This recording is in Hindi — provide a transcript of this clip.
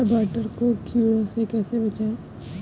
टमाटर को कीड़ों से कैसे बचाएँ?